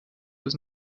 was